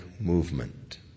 movement